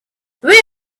with